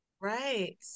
Right